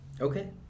Okay